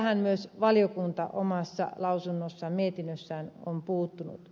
tähän myös valiokunta mietinnössään on puuttunut